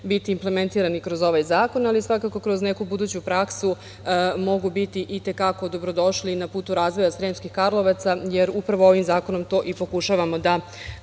biti implementirani kroz ovaj zakon, ali svakako kroz neku buduću praksu mogu biti i te kako dobrodošli i na putu razvoja Sremskih Karlovaca, jer upravo ovim zakonom to i pokušavamo da